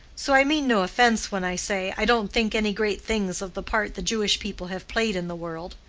so i mean no offence when i say i don't think any great things of the part the jewish people have played in the world.